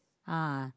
ah